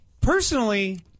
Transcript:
Personally